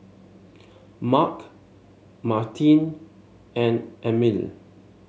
Mark Martine and Emil